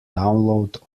download